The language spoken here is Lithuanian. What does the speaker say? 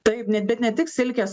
taip net bet ne tik silkės